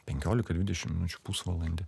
penkiolika dvidešim minučių pusvalandį